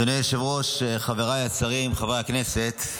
אדוני היושב-ראש, חבריי השרים, חברי הכנסת,